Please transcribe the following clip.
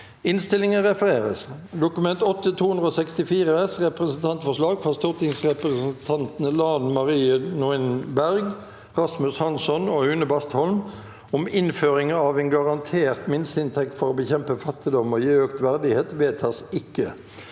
Innstilling fra arbeids- og sosialkomiteen om Representantforslag fra stortingsrepresentantene Lan Marie Nguyen Berg, Rasmus Hansson og Une Bastholm om innføring av en garantert minsteinntekt for å bekjempe fattigdom og gi økt verdighet (Innst.